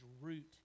root